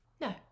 No